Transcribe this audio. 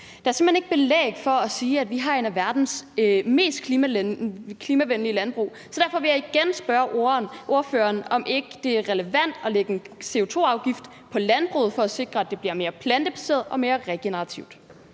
Der er simpelt hen ikke belæg for at sige, at vi har et af verdens mest klimavenlige landbrug. Så derfor vil jeg igen spørge ordføreren, om det ikke er relevant at lægge en CO2-afgift på landbruget for at sikre, at det bliver mere plantebaseret og mere regenerativt.